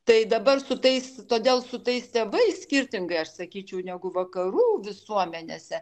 tai dabar su tais todėl su tais tėvais skirtingai aš sakyčiau negu vakarų visuomenėse